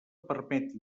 permet